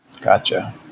Gotcha